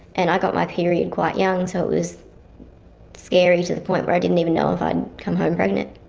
and i got my period quite young, so it was scary to the point where i didn't even know if i'd come home pregnant.